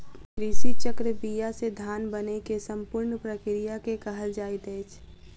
कृषि चक्र बीया से धान बनै के संपूर्ण प्रक्रिया के कहल जाइत अछि